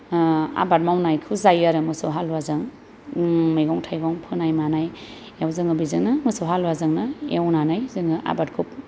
आबाद मावनायखौ जायो आरो मोसौ हालुवाजों मैगं थाइगं फोनाय मानायाव जों बेजोंनो मोसौ हालुवाजोंनो एवनानै जोङो आबादखौ